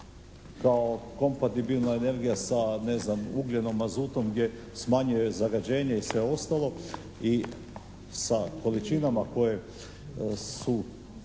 kao kompatibilna energija sa ne znam ugljenom azutom gdje smanjuje zagađenje i sve ostalo i sa količinama koje su